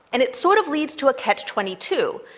and it sort of leads to a catch twenty two.